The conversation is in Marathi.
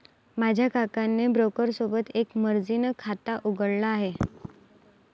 माझ्या काकाने ब्रोकर सोबत एक मर्जीन खाता उघडले आहे